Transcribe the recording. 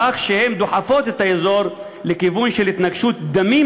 בכך שהן דוחפות את האזור לכיוון של התנגשות דמים,